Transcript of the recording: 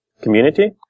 community